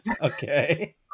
okay